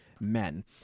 Men